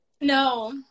No